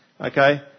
Okay